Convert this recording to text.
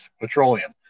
petroleum